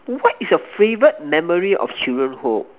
what is your favorite memory of children hood